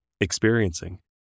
experiencing